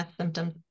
symptoms